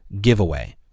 giveaway